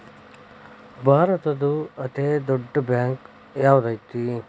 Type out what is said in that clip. ಭಾರತದ್ದು ಅತೇ ದೊಡ್ಡ್ ಬ್ಯಾಂಕ್ ಯಾವ್ದದೈತಿ?